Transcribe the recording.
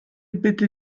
bitte